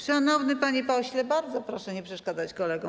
Szanowny panie pośle, bardzo proszę nie przeszkadzać kolegom.